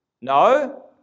No